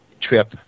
trip